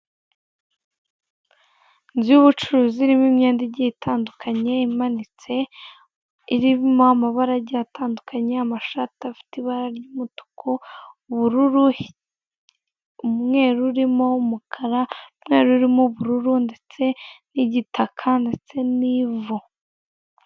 Inzu y'ubucuruzi irimo imyenda igiye itandukanye imanitse irimo amabara agiye atandukanye amashati afite ibara ry'umutuku, ubururu, umweru urimo umukara, umweru urimo ubururu ndetse n'igitaka ndetse n'ivu.